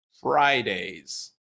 Fridays